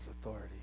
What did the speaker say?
authority